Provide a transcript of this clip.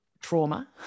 trauma